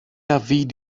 l’avis